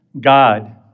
God